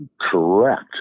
correct